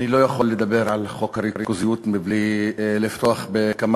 אני לא יכול לדבר על חוק הריכוזיות מבלי לפתוח בכמה